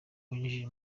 winjiye